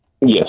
Yes